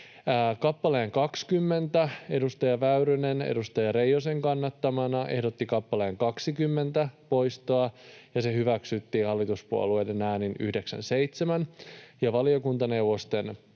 Kappale 20: Edustaja Väyrynen edustaja Reijosen kannattamana ehdotti kappaleen 20 poistoa, ja se hyväksyttiin hallituspuolueiden äänin 9—7. Valiokuntaneuvosten pohja